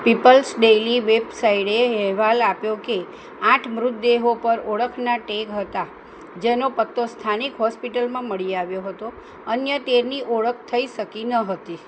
people's Daily વેબસાઈટે અહેવાલ આપ્યો કે આઠ મૃતદેહો પર ઓળખના ટેગ હતા જેનો પત્તો સ્થાનિક હોસ્પિટલમાં મળી આવ્યો હતો અન્ય તેરની ઓળખ થઈ શકી ન હતી